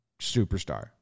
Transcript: superstar